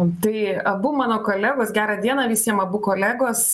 tai abu mano kolegos gerą dieną visiem abu kolegos